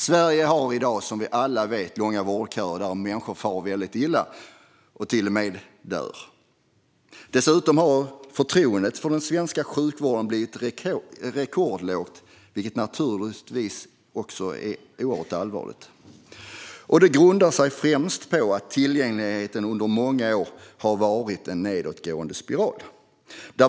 Sverige har i dag, som vi alla vet, långa vårdköer där människor far väldigt illa och till och med dör. Dessutom har förtroendet för den svenska sjukvården blivit rekordlågt, vilket naturligtvis är oerhört allvarligt. Det grundar sig främst på att tillgängligheten under många år har varit i en nedåtgående spiral.